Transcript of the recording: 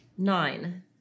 Nine